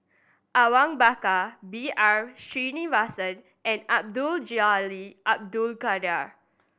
Awang Bakar B R Sreenivasan and Abdul Jalil Abdul Kadir